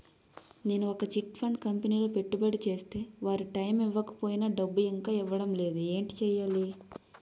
నేను ఒక chit fund కంపెనీలో పెట్టుబడి చేస్తే వారు టైమ్ ఇవ్వకపోయినా డబ్బు ఇంకా ఇవ్వడం లేదు ఏంటి చేయాలి?